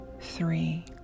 three